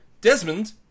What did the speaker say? Desmond